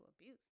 abuse